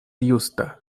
justa